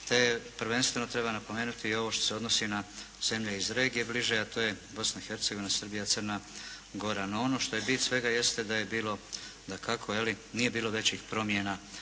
te prvenstveno treba napomenuti i ovo što se odnosi na zemlje iz regije bliže, a to je Bosna i Hercegovina, Srbija i Crna Gora. No, ono što je bit svega jeste da je bilo dakako, je li, nije bilo većih promjena,